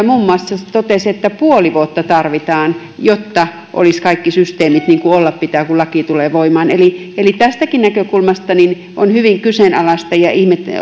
muun muassa valviran edustaja totesi puoli vuotta tarvitaan jotta olisi kaikki systeemit niin kuin olla pitää kun laki tulee voimaan eli eli tästäkin näkökulmasta on hyvin kyseenalaista ja